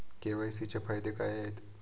KYC चे फायदे काय आहेत?